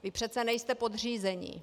Vy přece nejste podřízení.